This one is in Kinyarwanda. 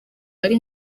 ari